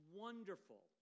wonderful